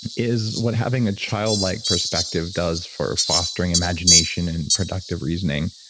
is what having a childlike perspective does for fostering imagination and productive reasoning.